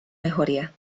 mejoría